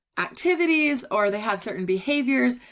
activities or they have certain behaviors.